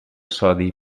sodi